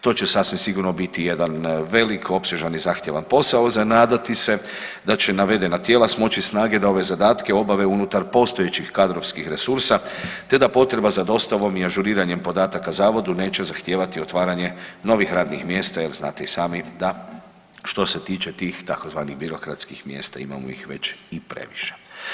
To će sasvim sigurno biti jedan veliki, opsežan i zahtjevan posao za nadati se da će navedena tijela smoći snage da ove zadatke obave unutar postojećih kadrovskih resursa te da potreba za dostavom i ažuriranjem podataka zavodu neće zahtijevati otvaranje novih radnih mjesta jer znate i sami da što se tiče tih tzv. birokratskih mjesta imamo ih već i previše.